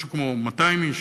משהו כמו 200 איש,